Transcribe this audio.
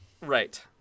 Right